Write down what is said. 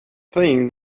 thing